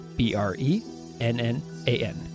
B-R-E-N-N-A-N